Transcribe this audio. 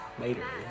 later